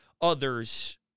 others